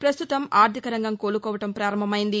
ప్రస్తుతం ఆర్దిక రంగం కోలుకోవడం ప్రారంభమైంది